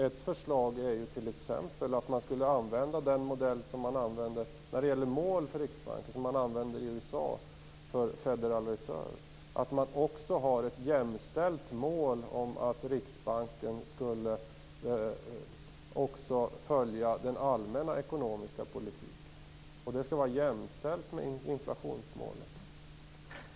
Ett förslag är ju t.ex. att man, när det gäller mål för Riksbanken, skulle använda den modell som man använder i USA för Federal Reserve, dvs. att man också har ett jämställt mål om att Riksbanken skall följa den allmänna ekonomiska politiken. Det skall vara jämställt med inflationsmålet.